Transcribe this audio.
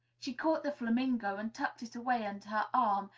she caught the flamingo and tucked it away under her arm,